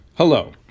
Hello